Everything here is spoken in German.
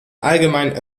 allgemein